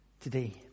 today